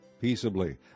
Peaceably